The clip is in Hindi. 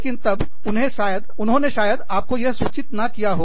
लेकिन तब उन्होंने शायद आपको यह सूचित ना किया हो